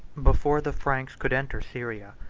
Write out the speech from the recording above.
before the franks could enter syria,